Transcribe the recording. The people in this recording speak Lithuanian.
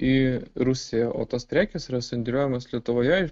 į rusiją o tos prekės yra sandėliuojamos lietuvoje ir